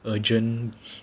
urgent